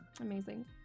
Amazing